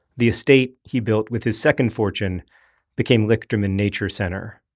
the estate he built with his second fortune became lichterman nature center.